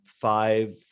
five